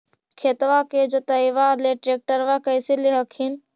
खेतबा के जोतयबा ले ट्रैक्टरबा कैसे ले हखिन?